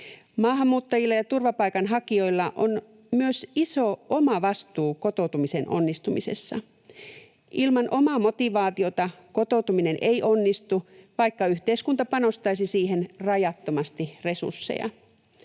Maahanmuuttajilla ja turvapaikanhakijoilla on myös iso oma vastuu kotoutumisen onnistumisessa. Ilman omaa motivaatiota kotoutuminen ei onnistu, vaikka yhteiskunta panostaisi siihen rajattomasti resursseja.